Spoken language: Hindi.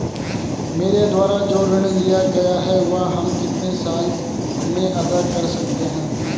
मेरे द्वारा जो ऋण लिया गया है वह हम कितने साल में अदा कर सकते हैं?